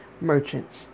merchants